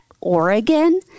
Oregon